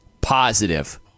positive